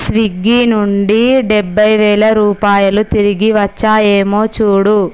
Swiggy నుండి డెబ్భైవేల రూపాయలు తిరిగివచ్చాయేమో చూడు